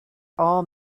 all